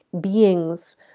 beings